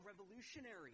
revolutionary